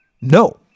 no